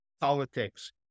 politics